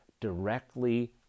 directly